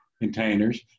containers